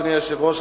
אדוני היושב-ראש,